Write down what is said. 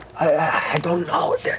i don't know.